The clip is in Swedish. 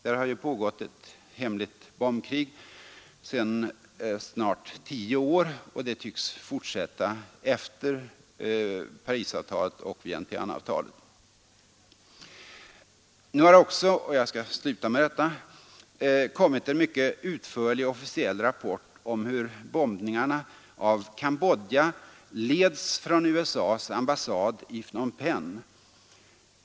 Där har ju pågått ett hemligt bombkrig sedan snart 10 år, och det tycks fortsätta i stor skala även efter Parisavtalet och Vientianeavtalet. Nu har det också kommit en utförlig officiell rapport om hur bombningarna av Cambodja leds från USA :s ambassad i Phnom Penh.